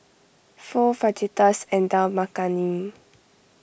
Pho Fajitas and Dal Makhani